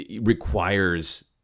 requires